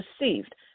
received